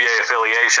affiliation